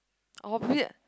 of it